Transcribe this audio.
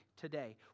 today